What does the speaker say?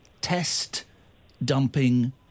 test-dumping